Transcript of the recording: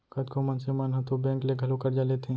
कतको मनसे मन ह तो बेंक ले घलौ करजा लेथें